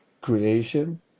creation